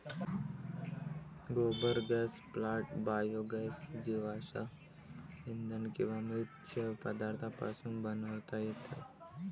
गोबर gas plant biogas जीवाश्म इंधन किंवा मृत जैव पदार्थांपासून बनवता येतो